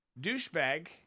douchebag